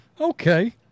Okay